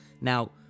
Now